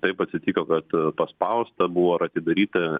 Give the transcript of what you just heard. taip atsitiko kad paspausta buvo ar atidaryta